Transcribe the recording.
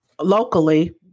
locally